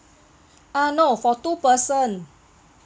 uh no for two person